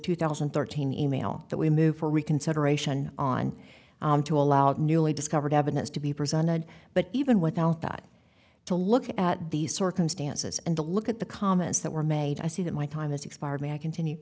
thousand and thirteen e mail that we move for reconsideration on to allow the newly discovered evidence to be presented but even without that to look at the circumstances and to look at the comments that were made i see that my time has expired may i continue